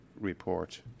report